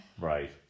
Right